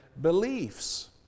beliefs